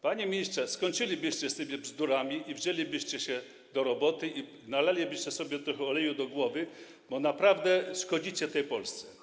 Panie ministrze, skończylibyście z tymi bzdurami i wzięlibyście się do roboty i nalalibyście sobie trochę oleju do głowy, bo naprawdę szkodzicie Polsce.